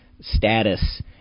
status